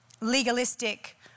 legalistic